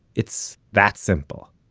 it's that simple.